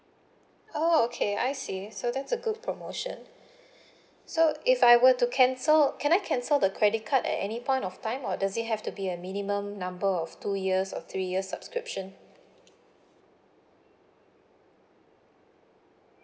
oh okay I see so that's a good promotion so if I were to cancel can I cancel the credit card at any point of time or does it have to be a minimum number of two years or three years subscription